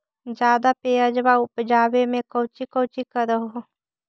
ज्यादा प्यजबा उपजाबे ले कौची कौची कर हो?